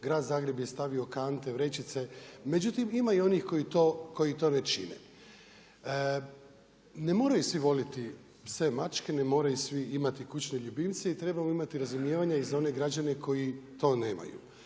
grad Zagreb je stavio kante, vrećice međutim ima i onih koji to ne čine. Ne moraju svi voliti pse, mačke, ne moraju svi imati kućne ljubimce i trebalo bi imati razumijevanja i za one građane koji to nemaju.